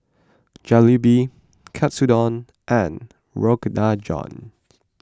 Jalebi Katsudon and Rogan